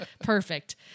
Perfect